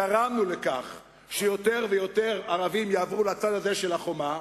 וגרמנו לכך שיותר ויותר ערבים יעברו לצד הזה של החומה,